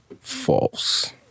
False